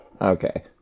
Okay